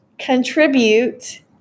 contribute